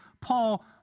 Paul